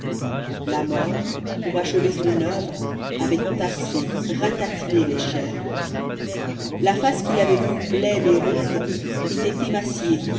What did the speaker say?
la mort pour achever son oeuvre avait tassé ratatiné les chairs la face qu'il avait vue pleine et ronde était émaciée